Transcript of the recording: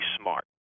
smart